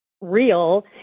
real